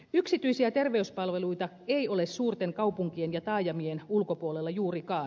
yksityisiä terveyspalveluita ei ole suurten kaupunkien ja taajamien ulkopuolella juurikaan